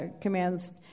commands